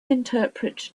interpret